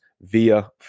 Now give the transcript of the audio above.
via